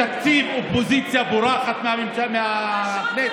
בתקציב, אופוזיציה בורחת מהכנסת?